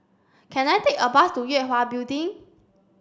can I take a bus to Yue Hwa Building